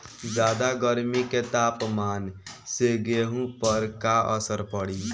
ज्यादा गर्मी के तापमान से गेहूँ पर का असर पड़ी?